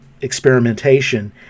experimentation